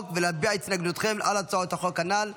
ולהביע את התנגדותכם על הצעות החוק הנ"ל,